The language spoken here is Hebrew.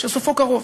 שסופו קרוב.